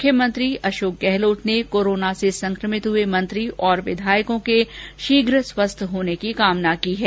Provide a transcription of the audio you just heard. मुख्यमंत्री अशोक गहलोत ने कोरोना से संक्रमित हुए मंत्री और विधायकों के शीघ्र स्वास्थ्य होने की कामना की है